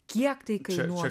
kiek tai kainuos